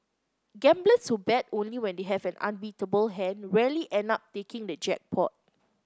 gamblers who bet only when they have an unbeatable hand rarely end up taking the jackpot